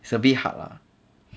it's a bit hard lah